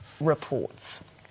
reports